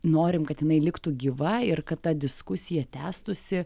norim kad jinai liktų gyva ir kad ta diskusija tęstųsi